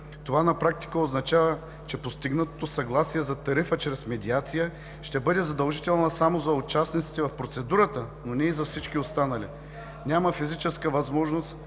Това на практика означава, че постигнатото съгласие за тарифа чрез медиация ще бъде задължително само за участниците в процедурата, но не и за всички останали. Няма физическа възможност